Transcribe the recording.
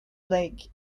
lake